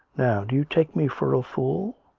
now do you take me for a fool?